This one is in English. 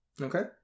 Okay